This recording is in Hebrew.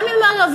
גם אם ערבים,